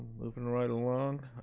moving right along.